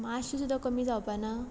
मातशें सुद्दां कमी जावपा ना